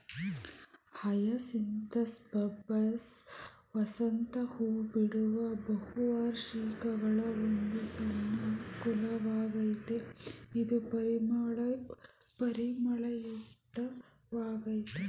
hyacinthus bulbous ವಸಂತ ಹೂಬಿಡುವ ಬಹುವಾರ್ಷಿಕಗಳ ಒಂದು ಸಣ್ಣ ಕುಲವಾಗಯ್ತೆ ಇದು ಪರಿಮಳಯುಕ್ತ ವಾಗಯ್ತೆ